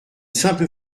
simple